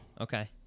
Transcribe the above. Okay